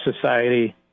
society